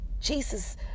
Jesus